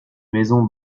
maison